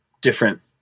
different